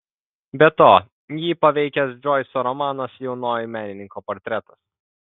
be to jį paveikęs džoiso romanas jaunojo menininko portretas